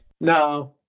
No